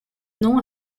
non